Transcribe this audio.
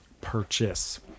purchase